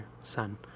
Son